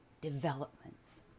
developments